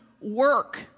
work